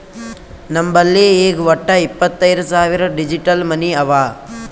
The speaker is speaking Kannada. ನಮ್ ಬಲ್ಲಿ ಈಗ್ ವಟ್ಟ ಇಪ್ಪತೈದ್ ಸಾವಿರ್ ಡಿಜಿಟಲ್ ಮನಿ ಅವಾ